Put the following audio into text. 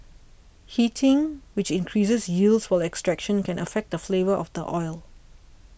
heating which increases yields while extraction can affect the flavour of the oil